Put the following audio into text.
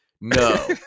No